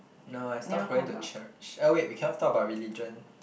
no I stop going to church uh wait we cannot talk about religion